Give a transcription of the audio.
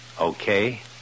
Okay